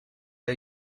der